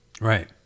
Right